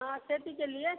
हाँ खेती के लिए